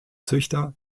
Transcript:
züchter